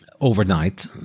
overnight